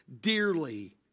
dearly